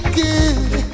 good